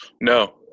No